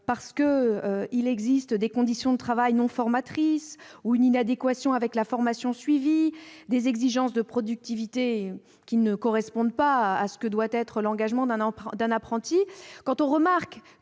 lié notamment à des conditions de travail non formatrices, une inadéquation à la formation suivie ou des exigences de productivité ne correspondant pas à ce que doit être l'engagement d'un apprenti, est repéré